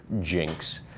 jinx